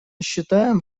считаем